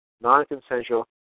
non-consensual